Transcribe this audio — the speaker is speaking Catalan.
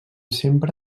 sempre